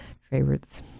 favorites